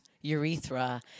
urethra